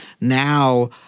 now –